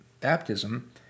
baptism